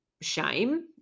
shame